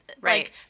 Right